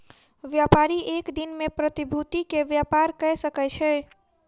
व्यापारी एक दिन में प्रतिभूति के व्यापार कय सकै छै